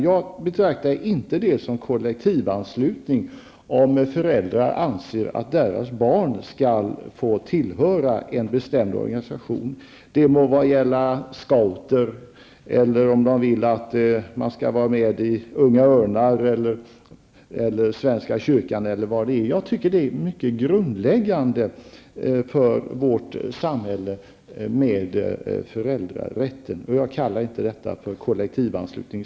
Jag betraktar inte det som kollektivanslutning om föräldrar anser att deras barn skall få tillhöra en bestämd organisation. Det må vara scouter, Unga Örnar eller svenska kyrkan. Jag tycker att det är mycket grundläggande för vårt samhälle med föräldrarätten. Jag kallar det inte för kollektivanslutning.